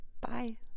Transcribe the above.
Bye